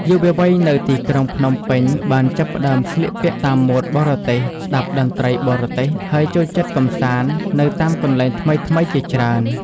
យុវវ័យនៅទីក្រុងភ្នំពេញបានចាប់ផ្តើមស្លៀកពាក់តាមម៉ូដបរទេស ស្តាប់តន្ត្រីបរទេស ហើយចូលចិត្តកម្សាន្តនៅតាមកន្លែងថ្មីៗជាច្រើន។